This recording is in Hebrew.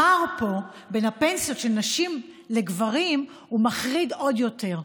הפער פה בין הפנסיות של נשים לגברים הוא מחריד עוד יותר.